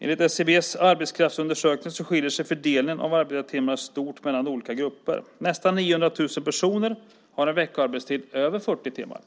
Enligt SCB:s arbetskraftsundersökning skiljer sig fördelningen av antalet arbetade timmar stort mellan olika grupper. Nästan 900 000 personer har en veckoarbetstid på över 40 timmar.